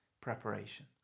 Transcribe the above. preparation